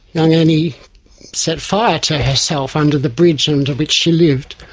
young annie set fire to herself under the bridge under which she lived,